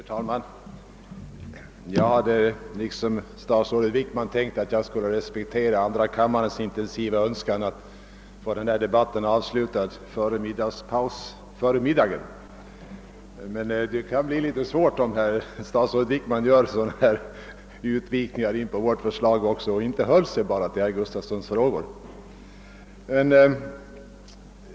Herr talman! Jag hade liksom statsrådet Wickman tänkt att respektera kammarens intensiva önskan att få denna debatt avslutad före middagen, men det kan bli litet svårt, eftersom statsrådet inte bara höll sig till herr Gustafssons i Göteborg fråga utan också gick in på vårt förslag.